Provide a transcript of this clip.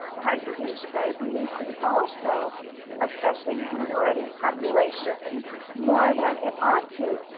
the heart disease, the diabetes is also affecting minority populations more than it ought to.